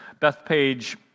Bethpage